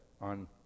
on